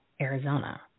Arizona